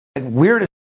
weird